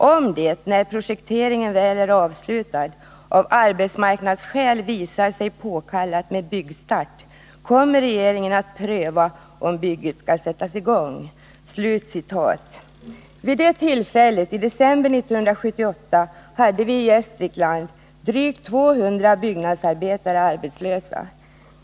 Om det-— när projekteringen väl är avslutad — av arbetsmarknadsskäl visar sig påkallat med byggstart kommer regeringen att pröva om bygget skall sättas i gång.” Vid det tillfället, i december 1978, hade vi i Gästrikland drygt 200 byggnadsarbetare arbetslösa.